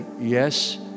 yes